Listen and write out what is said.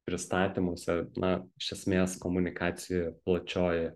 pristatymuose na iš esmės komunikacijoje plačiojoje